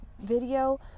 video